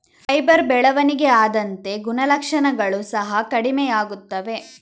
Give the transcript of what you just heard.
fibre ಬೆಳವಣಿಗೆ ಆದಂತೆ ಗುಣಲಕ್ಷಣಗಳು ಸಹ ಕಡಿಮೆಯಾಗುತ್ತವೆ